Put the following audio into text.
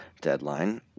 deadline